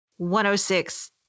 106